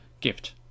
Gift